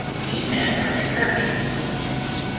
we men are determined nay,